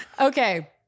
Okay